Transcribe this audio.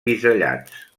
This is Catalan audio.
bisellats